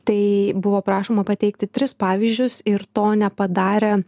tai buvo prašoma pateikti tris pavyzdžius ir to nepadarė